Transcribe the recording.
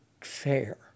fair